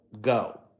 go